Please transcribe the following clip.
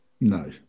No